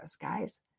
guys